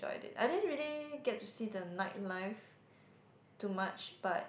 I didn't really get to see the nightlife too much but